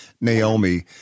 Naomi